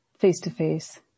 face-to-face